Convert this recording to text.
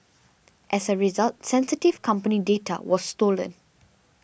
as a result sensitive company data was stolen